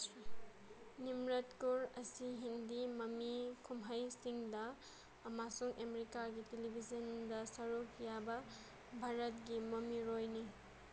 ꯅꯤꯝꯔꯠ ꯀꯣꯔ ꯑꯁꯤ ꯍꯤꯟꯗꯤ ꯃꯃꯤ ꯀꯨꯝꯍꯩ ꯁꯤꯡꯗ ꯑꯃꯁꯨꯡ ꯑꯃꯦꯔꯤꯀꯥꯒꯤ ꯇꯦꯂꯤꯚꯤꯖꯟꯗ ꯁꯔꯨꯛ ꯌꯥꯕ ꯚꯥꯔꯠꯀꯤ ꯃꯃꯤꯔꯣꯏꯅꯤ